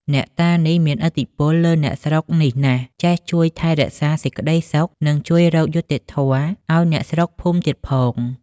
អ្នកតានេះ មាន ឥទ្ធិពលលើអ្នកស្រុកភូមិនេះណាស់ ចេះជួយថែរក្សាសេចក្តីសុខ និងជួយរកយុត្តិធម៌ឲ្យអ្នកស្រុកភូមិទៀត ផង ។